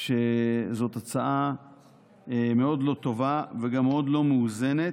שזאת הצעה מאוד לא טובה וגם מאוד לא מאוזנת.